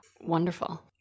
Wonderful